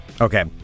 Okay